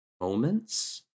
moments